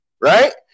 right